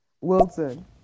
Wilson